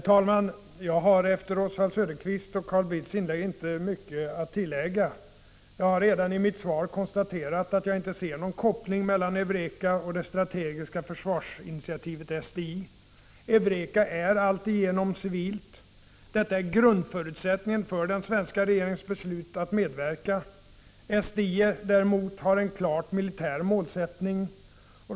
Herr talman! Efter Oswald Söderqvists och Carl Bildts inlägg har jag inte mycket att tillägga. Jag har redan i mitt svar konstaterat att jag inte ser någon koppling mellan EUREKA och det strategiska försvarsinitiativet, SDI. EUREKA är alltigenom civilt. Det är grundförutsättningen för den svenska regeringens beslut att medverka. SDI däremot har en klar militär målsättning.